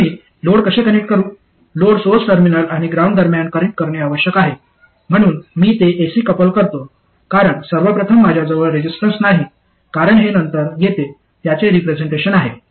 आणि मी लोड कसे कनेक्ट करू लोड सोर्स टर्मिनल आणि ग्राउंड दरम्यान कनेक्ट करणे आवश्यक आहे म्हणून मी ते ए सी कपल करतो कारण सर्वप्रथम माझ्याजवळ रेसिस्टन्स नाही कारण हे नंतर येते त्याचे रिप्रेझेंटेशन आहे